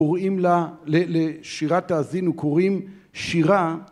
‫קוראים לה, לשירת תאזינו קוראים שירה.